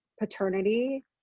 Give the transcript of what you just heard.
paternity